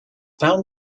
found